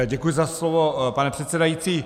Děkuji za slovo, pane předsedající.